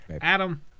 Adam